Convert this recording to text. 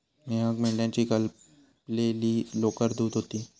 मेहक मेंढ्याची कापलेली लोकर धुत होती